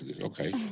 Okay